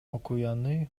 окуяны